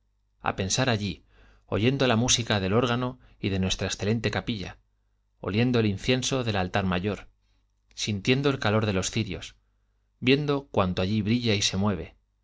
a pensar allí oyendo la música del órgano y de nuestra excelente capilla oliendo el incienso del altar mayor sintiendo el calor de los cirios viendo cuanto allí brilla y se mueve